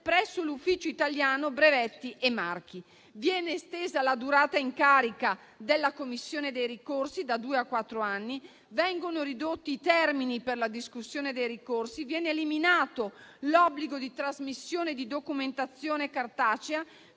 presso l'Ufficio italiano brevetti e marchi. Viene estesa la durata in carica della commissione dei ricorsi da due a quattro anni, vengono ridotti i termini per la discussione dei ricorsi, viene eliminato l'obbligo di trasmissione di documentazione cartacea,